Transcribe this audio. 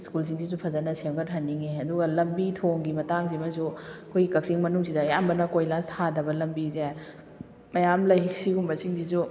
ꯁ꯭ꯀꯨꯜꯁꯤꯡꯁꯤꯁꯨ ꯐꯖꯅ ꯁꯦꯝꯒꯠ ꯍꯟꯅꯤꯡꯉꯦ ꯑꯗꯨꯒ ꯂꯝꯕꯤ ꯊꯣꯡꯒꯤ ꯃꯇꯥꯡ ꯁꯤꯃꯁꯨ ꯑꯩꯈꯣꯏ ꯀꯛꯆꯤꯡ ꯃꯅꯨꯡꯁꯤꯗ ꯑꯌꯥꯝꯕꯅ ꯀꯣꯏꯂꯥꯁ ꯊꯥꯗꯕ ꯂꯝꯕꯤꯁꯦ ꯃꯌꯥꯝ ꯂꯩ ꯁꯤꯒꯨꯝꯕ ꯁꯤꯡꯁꯤꯁꯨ